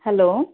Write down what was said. hello